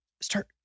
start